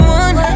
one